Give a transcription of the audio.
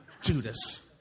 Judas